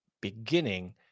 beginning